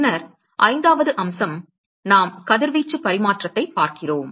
பின்னர் ஐந்தாவது அம்சம் நாம் கதிர்வீச்சு பரிமாற்றத்தைப் பார்க்கிறோம்